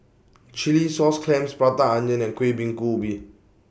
Chilli Sauce Clams Prata Onion and Kuih Bingka Ubi